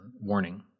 warning